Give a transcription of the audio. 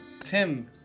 Tim